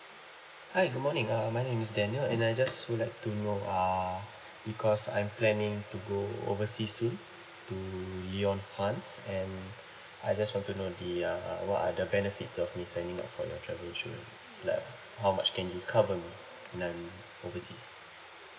hi good morning um my name is daniel and I just would like to know uh because I'm planning to go oversea soon to lyon france and I just want to know the uh what are the benefits of me signing up for your travel insurance like how much can you cover me when I'm overseas